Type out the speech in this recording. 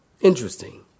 Interesting